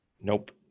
Nope